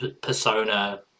persona